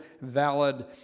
valid